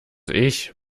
ich